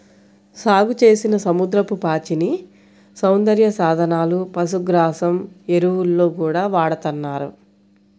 సాగుచేసిన సముద్రపు పాచిని సౌందర్య సాధనాలు, పశుగ్రాసం, ఎరువుల్లో గూడా వాడతన్నారు